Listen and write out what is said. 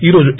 ఈ రోజు ఏ